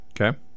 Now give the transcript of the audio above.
Okay